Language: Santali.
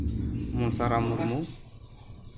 ᱢᱚᱱᱥᱟᱨᱟᱢ ᱢᱩᱨᱢᱩ